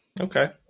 Okay